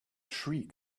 shriek